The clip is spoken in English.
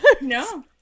No